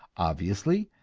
obviously,